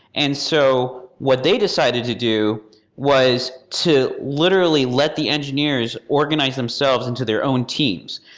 and so what they decided to do was to literally let the engineers organize themselves into their own teams.